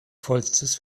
vollstes